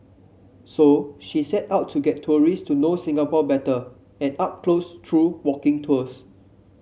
so she set out to get tourist to know Singapore better and up close through walking tours